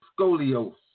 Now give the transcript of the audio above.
scolios